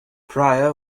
priya